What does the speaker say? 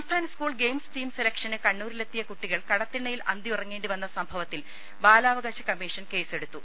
സംസ്ഥാന school games team സെലക്ഷന് കണ്ണൂ രിലെത്തിയ കുട്ടികൾ കടത്തിണ്ണയിൽ അന്തിയുറങ്ങേണ്ടി വന്ന സംഭവത്തിൽ ബാലാവകാശ കമ്മീഷൻ കേസെടു ത്തു